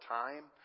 time